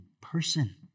person